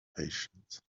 patience